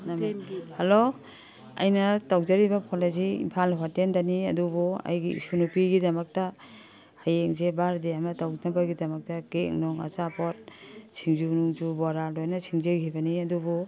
hello ꯑꯩꯅ ꯇꯧꯖꯔꯤꯕ phone ꯑꯁꯤ ꯏꯝꯐꯥꯜ ꯍꯣꯇꯦꯜꯗꯅꯤ ꯑꯗꯨꯕꯨ ꯑꯩꯒꯤ ꯏꯁꯨ ꯅꯨꯄꯤꯒꯤꯗꯃꯛꯇ ꯍꯌꯦꯡꯁꯦ ꯕꯥꯔꯗꯦ ꯑꯃ ꯇꯧꯅꯕꯒꯤꯗꯃꯛꯇ ꯀꯦꯛ ꯅꯨꯡ ꯑꯆꯥꯄꯣꯠ ꯁꯤꯡꯖꯨ ꯅꯨꯡꯖꯨ ꯕꯣꯔꯥ ꯂꯣꯏꯅ ꯁꯤꯡꯖꯒꯤꯕꯅꯤ ꯑꯗꯨꯕꯨ